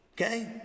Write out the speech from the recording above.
okay